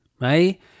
right